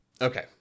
Okay